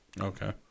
Okay